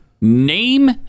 name